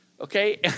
okay